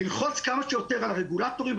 ללחוץ כמה שיותר על הרגולטורים,